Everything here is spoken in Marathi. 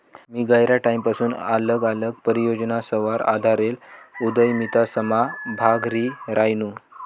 मी गयरा टाईमपसून आल्लग आल्लग परियोजनासवर आधारेल उदयमितासमा भाग ल्ही रायनू